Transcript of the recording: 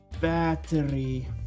battery